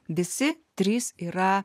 visi trys yra